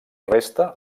resta